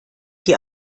die